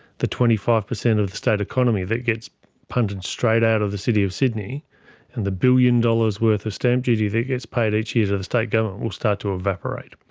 the twenty five percent of the state economy that gets punted straight out of the city of sydney and the billion dollars' worth of stamp duty that gets paid each year to the state government will start to evaporate,